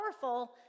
powerful